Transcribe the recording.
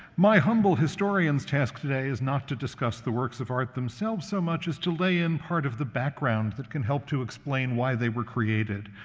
my humble historian's task today is not to discuss the works of art themselves so much as to lay in part of the background that can help to explain why they were created.